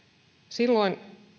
silloin oli virkamiestyöryhmä